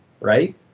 right